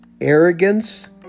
arrogance